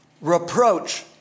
Reproach